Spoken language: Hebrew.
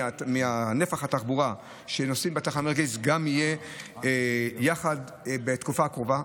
מנפח התחבורה שנוסעים בתחנה המרכזית גם יהיה בתקופה הקרובה.